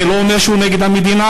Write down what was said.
זה לא אומר שהוא נגד המדינה.